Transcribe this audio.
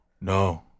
No